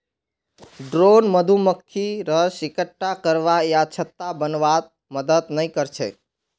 drone मधुमक्खी रस इक्कठा करवा या छत्ता बनव्वात मदद नइ कर छेक